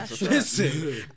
Listen